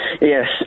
yes